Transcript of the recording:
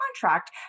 contract